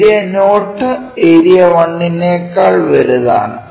area not area one നേക്കാൾ വലുതാണ്